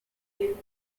dem